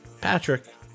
Patrick